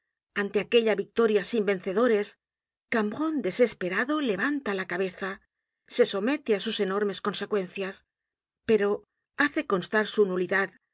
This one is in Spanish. ante aquella victoria sin vencedores cambronne desesperado levanta la cabeza se somete á sus enormes consecuencias pero hace constar su nulidad